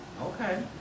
Okay